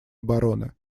обороны